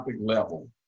level